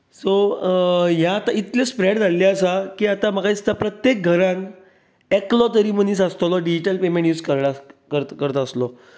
so ह्या आतां इतलें स्प्रेड जाल्लें आसा की आतां म्हाका दिसता प्रत्येक घरांत एकलो तरी मनीस आसतलो डिजिटल पेमेंट यूज करता असलो